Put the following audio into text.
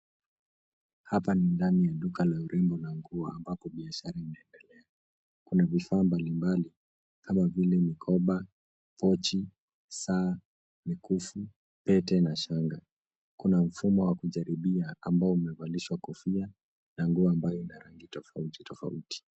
Hapa ni ndani ya duka la urembo na nguo ambapo biashara imeendelea. Kuna vifaa mbalimbali kama vile mikoba, pochi, saa, mikufu, pete na shanga. Kuna mfumo wa kujaribia ambao umevalishwa kofia na nguo ambayo ina rangi tofauti tofauti.